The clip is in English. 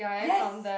yes